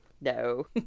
no